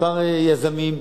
כמה יזמים,